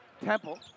Temple